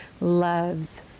loves